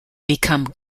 become